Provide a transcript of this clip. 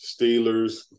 Steelers